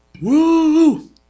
woo